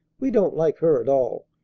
we don't like her at all.